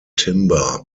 timber